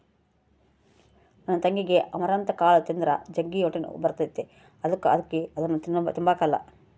ನನ್ ತಂಗಿಗೆ ಅಮರಂತ್ ಕಾಳು ತಿಂದ್ರ ಜಗ್ಗಿ ಹೊಟ್ಟೆನೋವು ಬರ್ತತೆ ಅದುಕ ಆಕಿ ಅದುನ್ನ ತಿಂಬಕಲ್ಲ